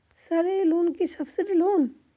Sir এই loan কি subsidy loan?